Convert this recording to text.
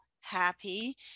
happy